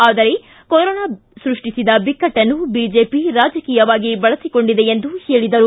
ಆದರೆ ಕೊರೊನಾ ಸೃಷ್ಟಿಸಿದ ಬಿಕ್ಕಟ್ಟನ್ನು ಬಿಜೆಪಿ ರಾಜಕೀಯವಾಗಿ ಬಳಸಿಕೊಂಡಿದೆ ಎಂದು ಹೇಳಿದ್ದಾರೆ